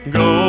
go